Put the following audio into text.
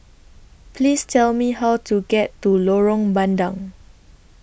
Please Tell Me How to get to Lorong Bandang